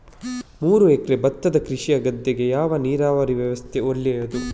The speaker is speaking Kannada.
ಮೂರು ಎಕರೆ ಭತ್ತದ ಕೃಷಿಯ ಗದ್ದೆಗೆ ಯಾವ ನೀರಾವರಿ ವ್ಯವಸ್ಥೆ ಒಳ್ಳೆಯದು?